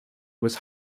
was